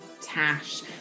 Tash